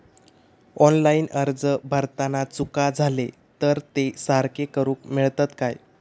Online अर्ज भरताना चुका जाले तर ते सारके करुक मेळतत काय?